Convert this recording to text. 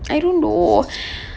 I don't know